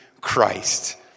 Christ